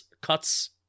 cuts